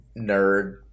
nerd